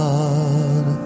God